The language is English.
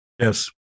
Yes